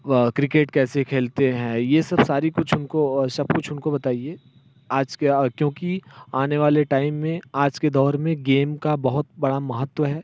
व क्रिकेट कैसे खेलते हैं ये सब सारी कुछ उनको सब कुछ उनको बताइए आज के क्योंकि आने वाले टाइम में आज के दौर में गेम बहुत बड़ा महत्व है